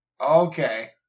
Okay